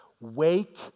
Wake